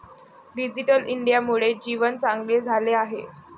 digital इंडियामुळे जीवन चांगले झाले आहे